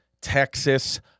Texas